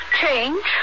change